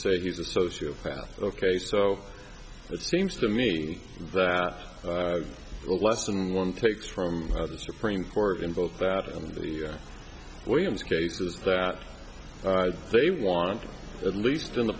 say he's a sociopath ok so it seems to me that less than one takes from the supreme court in both of these williams cases that they want at least in the